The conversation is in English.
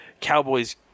Cowboys